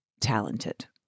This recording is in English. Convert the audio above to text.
talented